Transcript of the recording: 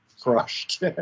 crushed